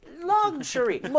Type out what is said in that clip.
Luxury